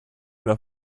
mehr